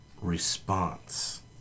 response